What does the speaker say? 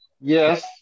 Yes